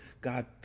god